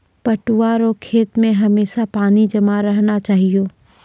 पटुआ रो खेत मे हमेशा पानी जमा रहना चाहिऔ